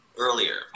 earlier